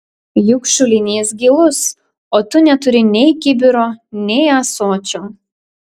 juk šulinys gilus o tu neturi nei kibiro nei ąsočio